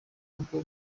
kuko